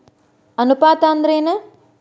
ಅನುಪಾತ ಅಂದ್ರ ಏನ್?